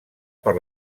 per